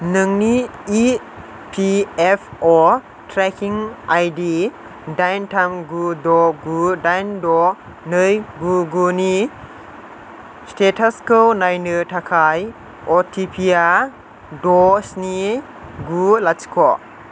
नोंनि E P F अ' tracking I D दाइन थाम गु द' गु दाइन द' नै गु गुनि स्टेटासखौ नायनो थाखाय अ टि पि या द' स्नि गु लाथिख'